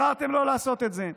בחרתם לא לעשות את זה.